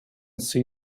see